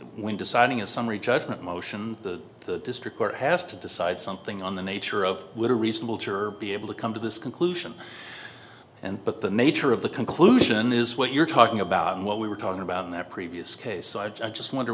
when deciding a summary judgment motion the district court has to decide something on the nature of would a reasonable juror be able to come to this conclusion and but the nature of the conclusion is what you're talking about and what we were talking about in that previous case i just wonder